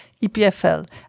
EPFL